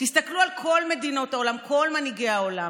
תסתכלו על כל מדינות העולם, כל מנהיגי העולם.